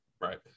right